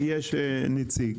יש נציג.